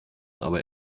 aber